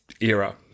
era